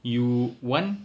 you want